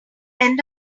end